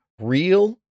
real